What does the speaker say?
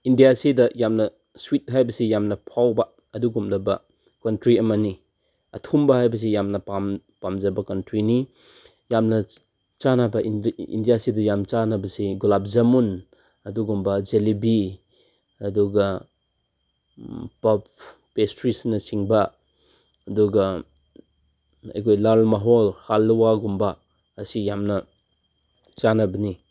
ꯏꯟꯗꯤꯌꯥꯁꯤꯗ ꯌꯥꯝꯅ ꯁ꯭ꯋꯤꯠ ꯍꯥꯏꯕꯁꯤ ꯌꯥꯝꯅ ꯐꯥꯎꯕ ꯑꯗꯨꯒꯨꯝꯂꯕ ꯀꯟꯇ꯭ꯔꯤ ꯑꯃꯅꯤ ꯑꯊꯨꯝꯕ ꯍꯥꯏꯕꯁꯤ ꯌꯥꯝꯅ ꯄꯥꯝꯖꯕ ꯀꯟꯇ꯭ꯔꯤꯅꯤ ꯌꯥꯝꯅ ꯆꯥꯅꯕ ꯏꯟꯗꯤꯌꯥꯁꯤꯗ ꯌꯥꯝꯅ ꯆꯥꯅꯕꯁꯤ ꯒꯨꯂꯥꯞ ꯖꯥꯃꯨꯟ ꯑꯗꯨꯒꯨꯝꯕ ꯖꯦꯂꯤꯕꯤ ꯑꯗꯨꯒ ꯄꯐ ꯄꯦꯁꯇ꯭ꯔꯤꯁꯅꯆꯤꯡꯕ ꯑꯗꯨꯒ ꯑꯩꯈꯣꯏ ꯂꯥꯜ ꯃꯣꯍꯣꯜ ꯍꯜꯋꯥꯒꯨꯝꯕ ꯑꯁꯤ ꯌꯥꯝꯅ ꯆꯥꯅꯕꯅꯤ